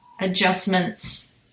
adjustments